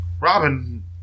Robin